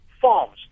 farms